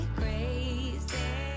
crazy